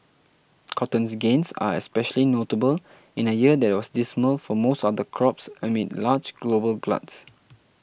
cotton's gains are especially notable in a year that was dismal for most other crops amid large global gluts